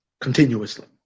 continuously